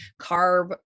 carb